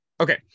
Okay